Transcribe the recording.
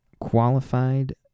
qualified